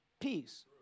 peace